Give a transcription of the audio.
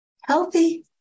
Healthy